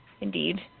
indeed